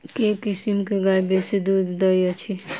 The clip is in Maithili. केँ किसिम केँ गाय बेसी दुध दइ अछि?